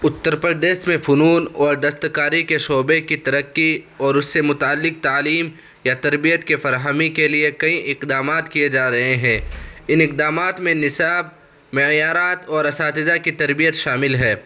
اتّر پردیش میں فنون اور دستکاری کے شعبے کی ترقی اور اس سے متعلق تعلیم یا تربیت کے فراہمی کے لیے کئی اقدامات کئے جا رہے ہیں ان اقدامات میں نصاب معیارات اور اساتذہ کی تربیت شامل ہے